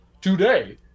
today